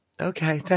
Okay